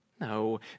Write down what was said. No